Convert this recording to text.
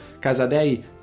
Casadei